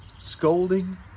scolding